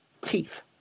teeth